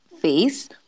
face